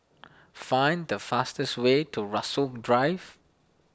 find the fastest way to Rasok Drive